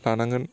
लानांगोन